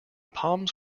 palms